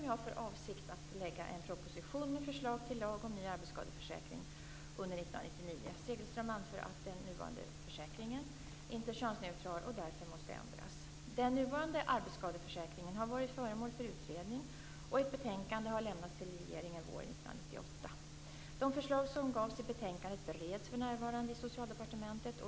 Segelström anför att den nuvarande försäkringen inte är könsneutral och därför måste ändras. Den nuvarande arbetsskadeförsäkringen har varit föremål för utredning, och ett betänkande har lämnats till regeringen våren 1998. De förslag som gavs i betänkandet bereds för närvarande i Socialdepartementet.